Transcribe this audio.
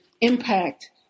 impact